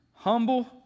Humble